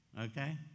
okay